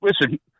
Listen